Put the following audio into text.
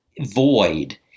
void